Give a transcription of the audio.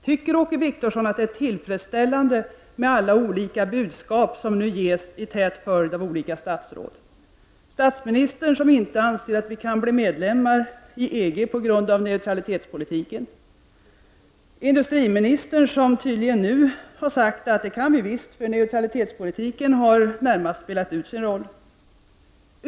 Tycker Åke Wictorsson att det är tillfredsställande med alla olika budskap som nu ges i tät följd av olika statsråd? Statsministern anser inte att Sverige kan bli medlem i EG på grund av neutralitetspolitiken. Industriministern tycker visst att vi kan det, eftersom han menar att neutraliteten närmast har spelat ut sin roll.